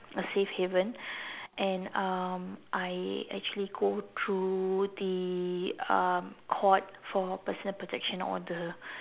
a safe haven and um I actually go through the um court for personal protection order